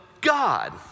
God